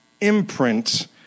imprint